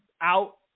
out